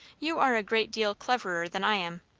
you are a great deal cleverer than i am.